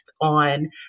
on